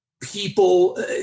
people